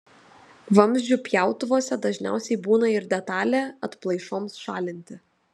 vamzdžių pjautuvuose dažniausiai būna ir detalė atplaišoms šalinti